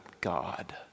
God